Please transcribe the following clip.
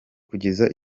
kugeza